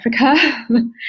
Africa